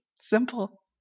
Simple